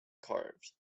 carved